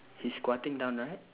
he's squatting down right